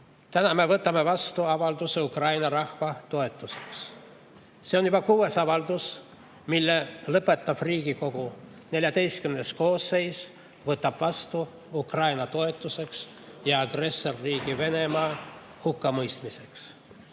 Täna me võtame vastu avalduse Ukraina rahva toetuseks. See on juba kuues avaldus, mille lõpetav Riigikogu XIV koosseis võtab vastu Ukraina toetuseks ja agressorriigi Venemaa hukkamõistmiseks.